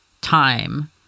time